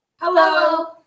Hello